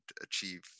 achieve